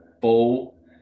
ball